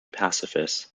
pacifist